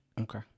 Okay